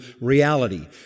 reality